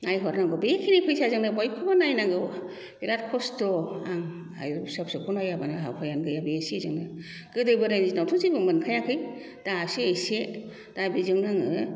नायहरनांगौ बेखिनि फैसाजोंनो बयखौबो नायनांगौ बिराद खस्थ' आं आयु फिसा फिसौखौ नायाबा उफायानो गैया बे इसेजोंनो गोदोबो बोराइनि दिनावथ' जेबो मोनखायाखै दासो एसे दा बेजोंनो आङो